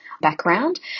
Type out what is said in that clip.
background